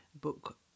book